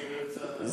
בואי נדבר קצת על